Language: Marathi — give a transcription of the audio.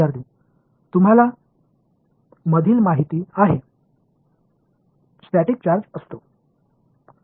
विद्यार्थीः तुम्हाला मधील माहित आहे स्टॅटिक चार्ज असतो